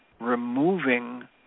removing